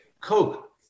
Coke